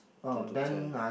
two to ten